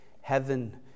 Heaven